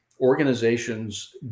organizations